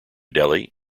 delhi